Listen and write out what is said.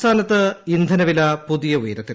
സംസ്ഥാനത്ത് ഇന്ധനവില പുതിയ ഉയരത്തിൽ